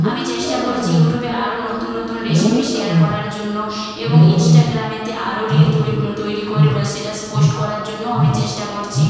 আমি চেষ্টা করছি ইউটিউবে আরো নতুন নতুন রেসিপি শেয়ার করার জন্য এবং ইন্সটাগ্রামেতে আরো রিল তৈরি করে বা স্টেটাস পোস্ট করার জন্যও আমি চেষ্টা করছি